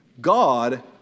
God